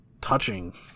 touching